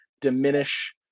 diminish